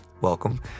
welcome